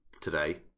today